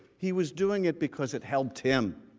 he was doing it because it helped him.